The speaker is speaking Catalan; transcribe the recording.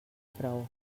prou